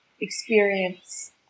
experience